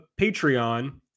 Patreon